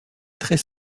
très